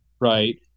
right